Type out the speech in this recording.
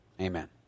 Amen